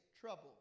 trouble